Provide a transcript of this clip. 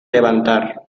levantar